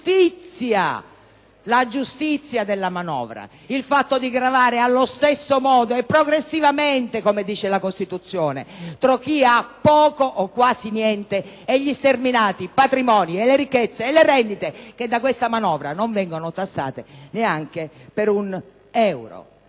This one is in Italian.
la giustizia della manovra, il fatto di gravare allo stesso modo e progressivamente, come dice la Costituzione, su chi ha poco o quasi niente e sugli sterminati patrimoni, sulle ricchezze e sulle rendite che da questa manovra non vengono tassati neanche per un euro.